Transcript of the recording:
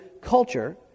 culture